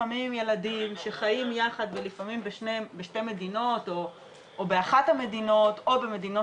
לפעמים ילדים שחיים ביחד ולפעמים בשתי מדינות או באחת המדינות או במדינות